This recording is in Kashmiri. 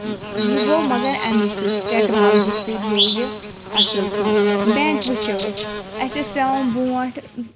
یِہ گوٚو مگر امی سٟتۍ تؠکنالجی سٟتۍ گوٚو یہِ اصل پٲٹھۍ بیٚنک وٕچھو أسۍ اَسہِ ٲس پؠوان برٛونٛٹھ